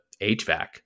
HVAC